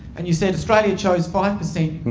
and you said australia chose five percent